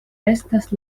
estas